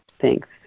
Thanks